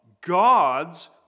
God's